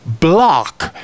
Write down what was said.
block